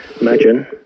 imagine